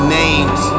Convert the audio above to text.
names